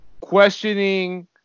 questioning